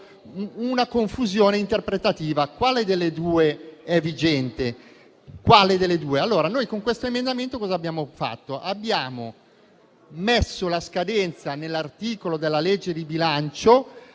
una confusione interpretativa. Quale delle due è vigente? Con l'emendamento 1.0.2 abbiamo previsto la scadenza nell'articolo della legge di bilancio,